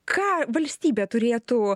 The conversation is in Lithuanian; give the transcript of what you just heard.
ką valstybė turėtų